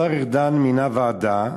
השר ארדן מינה ועדה,